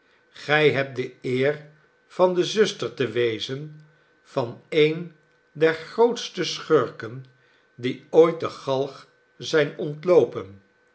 gij hebt de eer van de zusterte wezen van een der grootste schurken die ooit de galg zijn ontloopen